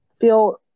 feel